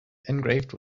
engraved